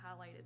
highlighted